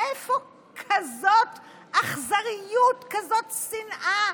מאיפה כזאת אכזריות, כזאת שנאה?